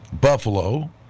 Buffalo